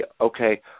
Okay